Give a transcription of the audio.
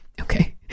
okay